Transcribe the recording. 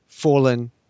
fallen